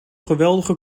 geweldige